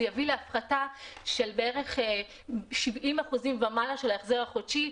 זה יביא להפחתה של בערך 70% ומעלה של ההחזר החודשי,